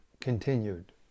continued